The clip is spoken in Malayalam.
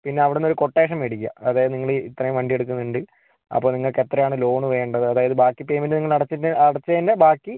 പിന്നെ അവിടുന്നൊരു കൊട്ടേഷൻ മേടിക്കുക അതായത് നിങ്ങള് ഈ ഇത്രയും വണ്ടിയെടുക്കുന്നുണ്ട് അപ്പം നിങ്ങൾക്കെത്രയാണ് ലോണ് വേണ്ടത് അതായത് ബാക്കി പേയ്മെൻറ്റ് നിങ്ങൾ അടച്ചിട്ട് അടച്ചേൻ്റെ ബാക്കി